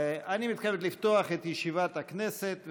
אני מתכבד לפתוח את ישיבת הכנסת.